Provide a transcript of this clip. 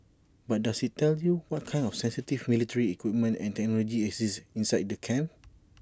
but does IT tell you what kind of sensitive military equipment and technology exist inside the camps